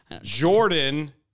Jordan